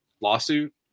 lawsuit